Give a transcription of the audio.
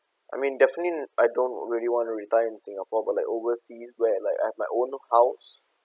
I mean definitely I don't really want to retire in singapore but like overseas where like I have my own house